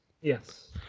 Yes